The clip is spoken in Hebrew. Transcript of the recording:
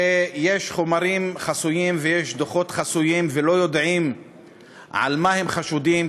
ויש חומרים חסויים ויש דוחות חסויים ולא יודעים במה הם חשודים,